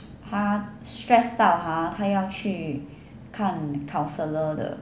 她 stress 到 ha 她要去看 counsellor 的